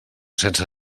sense